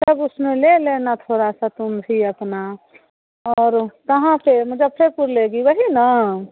तब उसमें ले लेना थोड़ा सा तुम भी अपना और कहाँ पर मुजफ्फ़रपुर लेगी वही न